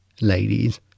ladies